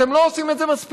אתם לא עושים את זה מספיק.